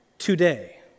Today